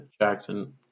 Jackson –